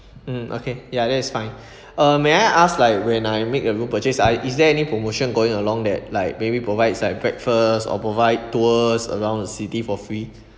mm okay ya that is fine uh may I ask like when I make a room purchase I is there any promotion going along that like maybe provides like breakfast or provide tours around the city for free